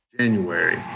January